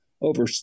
over